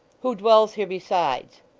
who dwells here besides